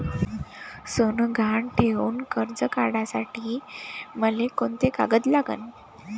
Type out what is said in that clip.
सोनं गहान ठेऊन कर्ज काढासाठी मले कोंते कागद लागन?